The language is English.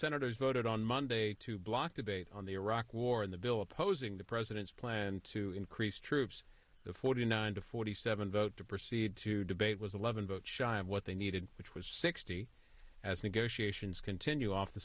senators voted on monday to block debate on the iraq war and the bill opposing the president's plan to increase troops forty nine to forty seven vote to proceed to debate was eleven votes shy of what they need which was sixty as negotiations continue off the